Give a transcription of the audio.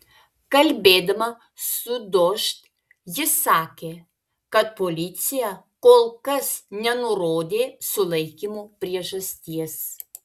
kalbėdama su dožd ji sakė kad policija kol kas nenurodė sulaikymo priežasties